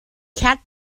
cat